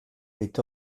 est